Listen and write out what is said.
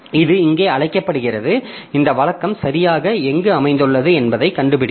இது இங்கே அழைக்கப்படுகிறது இந்த வழக்கம் சரியாக எங்கு அமைந்துள்ளது என்பதைக் கண்டுபிடிக்கும்